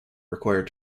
required